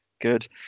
Good